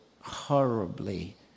horribly